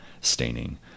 staining